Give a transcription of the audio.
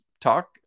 talk